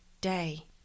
day